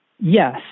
Yes